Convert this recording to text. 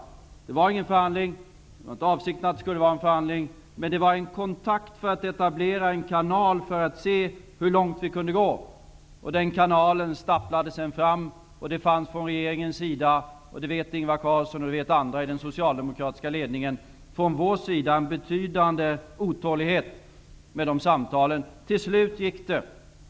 Det var inte någon förhandling. Det var inte avsikten att det skulle vara en förhandling. Men det var en kontakt för att etablera en kanal, för att se hur långt vi kunde gå. Den kontakten stapplade sedan fram. Det fanns från regeringens sida — det vet Ingvar Carlsson och andra i den socialdemokratiska ledningen — en betydande otålighet med de samtalen. Till slut gick det.